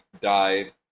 died